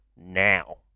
now